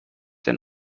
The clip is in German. den